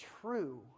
true